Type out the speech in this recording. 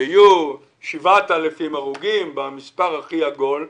שיהיו 7,000 הרוגים במספר הכי עגול,